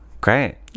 Great